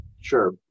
Sure